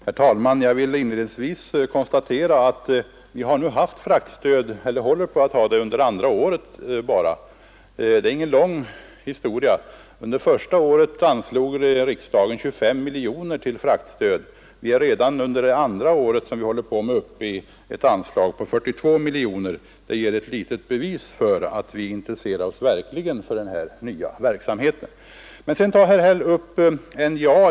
Herr talman! Jag vill inledningsvis konstatera att det nu är andra året som vi har fraktstöd. Det har alltså inte funnits särskilt länge. Under det första året anslog riksdagen 25 miljoner kronor till fraktstöd; för det andra året är anslaget uppräknat till 42 miljoner kronor. Det bevisar väl att vi verkligen intresserar oss för denna nya verksamhet. Herr Häll tog upp NJA.